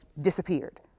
disappeared